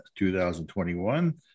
2021